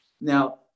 Now